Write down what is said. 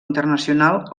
internacional